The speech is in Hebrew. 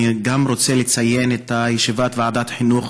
אני גם רוצה לציין את ישיבת ועדת החינוך